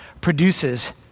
produces